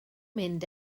mynd